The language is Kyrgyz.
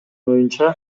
оюнча